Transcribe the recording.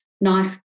nice